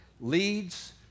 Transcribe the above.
leads